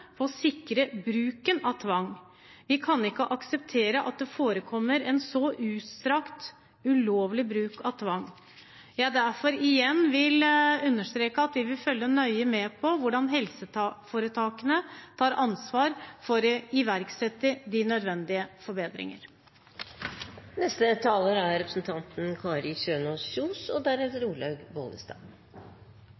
sikre riktig bruk av tvang. Vi kan ikke akseptere at det forekommer en så utstrakt ulovlig bruk av tvang. Jeg vil derfor igjen understreke at vi vil følge nøye med på hvordan helseforetakene tar ansvar for å iverksette de nødvendige